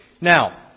Now